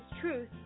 Truth